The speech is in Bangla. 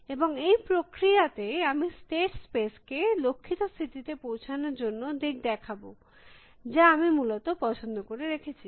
এবং এই প্রক্রিয়া তে আমি স্টেট স্পেস কে লক্ষিত স্থিতিতে পৌঁছানোর জন্য দিক দেখাব যা আমি মূলত পছন্দ করে রেখেছি